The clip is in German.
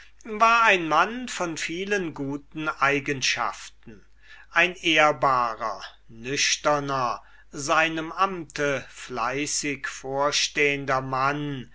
war ein mann von vielen guten eigenschaften ein ehrbarer nüchterner seinem amte fleißig vorstehender mann